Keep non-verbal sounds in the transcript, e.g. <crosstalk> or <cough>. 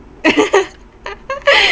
<laughs>